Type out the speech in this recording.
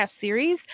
series